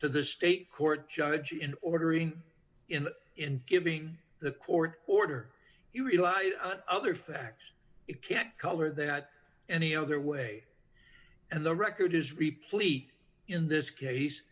to the state court judge in ordering in in giving the court order you rely on other facts it can't color that any other way and the record is replete in this case